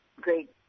great